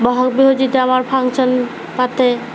বহাগ বিহুত যেতিয়া আমাৰ ফাংচন পাতে